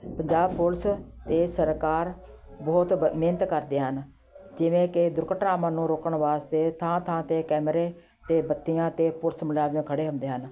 Punjab police ਅਤੇ ਸਰਕਾਰ ਬਹੁਤ ਬ ਮਿਹਨਤ ਕਰਦੇ ਹਨ ਜਿਵੇਂ ਕਿ ਦੁਰਘਟਨਾਵਾਂ ਨੂੰ ਰੋਕਣ ਵਾਸਤੇ ਥਾਂ ਥਾਂ 'ਤੇ ਕੈਮਰੇ ਅਤੇ ਬੱਤੀਆਂ 'ਤੇ ਪੁਲਿਸ ਮੁਲਾਜ਼ਮ ਖੜ੍ਹੇ ਹੁੰਦੇ ਹਨ